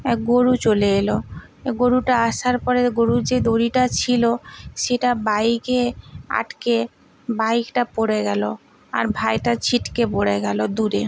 এক গরু চলে এলো এ গরুটা আসার পরে গরুর যে দড়িটা ছিলো সেটা বাইকে আটকে বাইকটা পড়ে গেলো আর ভাইটা ছিটকে পড়ে গেল দূরে